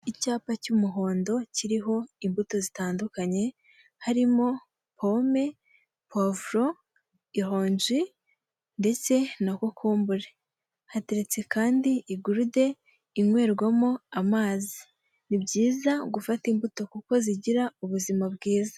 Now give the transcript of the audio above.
Icyapa cy'umuhondo kiriho imbuto zitandukanye, harimo pome, puwavuro, ironji ndetse na kokombure, hateretse kandi igurude inywerwamo amazi, ni byiza gufata imbuto kuko zigira ubuzima bwiza.